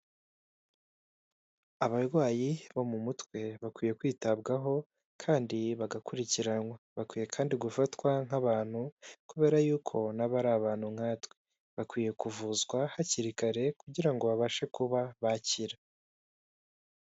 Abarwayi bo mu mutwe bakwiye kwitabwaho kandi bagakurikiranwa, bakwiye kandi gufatwa nk'abantu kubera yuko na bo ari abantu nkatwe. Bakwiye kuvuzwa hakiri kare kugira ngo babashe kuba bakira.